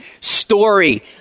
story